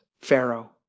Pharaoh